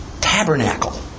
tabernacle